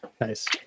nice